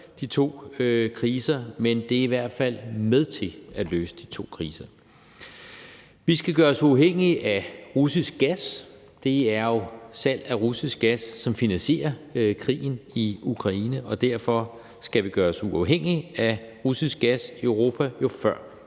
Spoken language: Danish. de to kriser, men det er i hvert fald med til at løse de to kriser. Vi skal gøre os uafhængige af russisk gas, for det er jo salg af russisk gas, som finansierer krigen i Ukraine, og derfor skal vi gøre os uafhængige af russisk gas i Europa – jo før